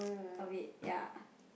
I mean ya